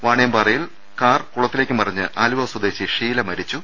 വാണി യംപാറയിൽ കാർ കുളത്തിലേക്ക് മറിഞ്ഞ് ആലുവ സ്വദേശി ഷീല മരിച്ചു